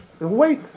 Wait